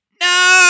No